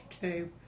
two